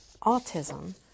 autism